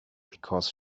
because